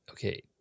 Okay